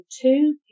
two